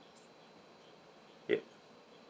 ya